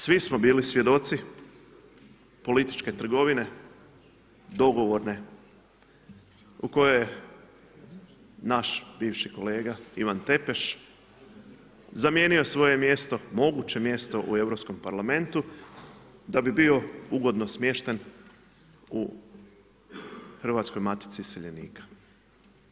Svi smo bili svjedoci političke trgovine, dogovorne u kojoj je naš bivši kolega Ivan Tepeš zamijenio svoje mjesto, moguće mjesto u Europskom parlamentu da bi bio ugodno smješten u Hrvatskoj matici iseljenika.